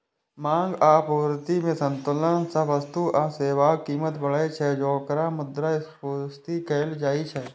मांग आ आपूर्ति मे असंतुलन सं वस्तु आ सेवाक कीमत बढ़ै छै, जेकरा मुद्रास्फीति कहल जाइ छै